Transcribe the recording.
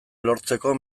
lortzeko